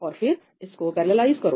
और फिर इसको पैरेललाइज करो